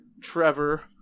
trevor